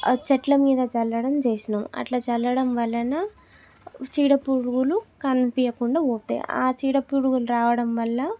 ఆ చెట్ల మీద చల్లడం చేసాము అట్లా చల్లడం వలన చీడపురుగులు కనిపించకుండా పోతాయి ఆ చీడపురుగులు రావడం వల్ల